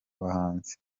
bahanzi